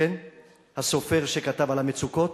הסופר שכתב על המצוקות.